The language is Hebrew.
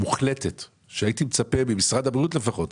מוחלטת - הייתי מצפה ממשרד הבריאות לפחות,